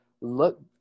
look